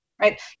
right